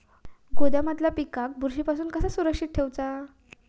गोदामातल्या पिकाक बुरशी पासून कसा सुरक्षित ठेऊचा?